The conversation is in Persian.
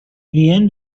وین